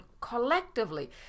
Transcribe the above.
collectively